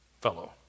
fellow